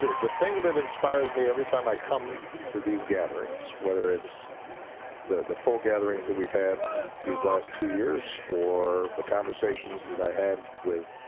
the the thing that inspires me every time i come to these gatherings, whether it's the the full gatherings that we've had these last two years or the conversations that i had with